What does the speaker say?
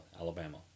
Alabama